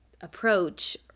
approach